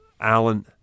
Alan